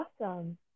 awesome